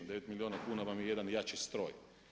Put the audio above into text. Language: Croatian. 9 milijuna kuna vam je jedan jači stroj.